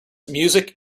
music